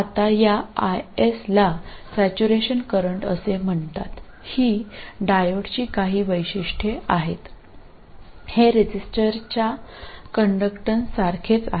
आता या IS ला सॅचुरेशन करंट असे म्हणतात ही डायोडची काही वैशिष्ट्ये आहेत हे रेझिस्टरच्या कंडक्टन्ससारखेच आहे